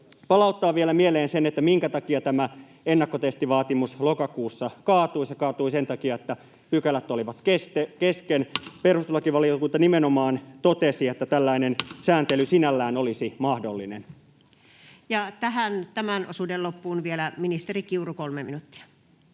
palauttaa vielä mieleen sen, minkä takia tämä ennakkotestivaatimus lokakuussa kaatui. Se kaatui sen takia, että pykälät olivat kesken. Perustuslakivaliokunta nimenomaan totesi, että tällainen sääntely sinällään olisi mahdollinen. Ja tähän tämän osuuden loppuun vielä ministeri Kiuru, 3 minuuttia.